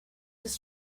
his